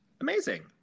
Amazing